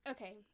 Okay